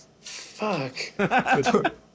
Fuck